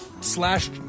slash